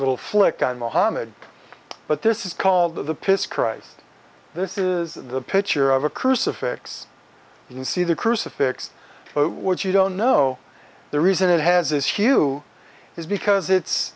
little flick on muhammad but this is called the piss christ this is the picture of a crucifix you can see the crucifix but what you don't know the reason it has this hugh is because it's